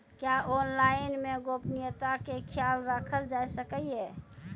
क्या ऑनलाइन मे गोपनियता के खयाल राखल जाय सकै ये?